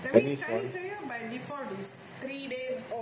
that means chinese new year by default is three days off